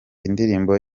indirimbo